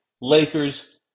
Lakers